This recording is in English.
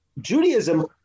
Judaism